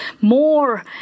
more